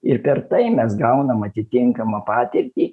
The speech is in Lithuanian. ir per tai mes gaunam atitinkamą patirtį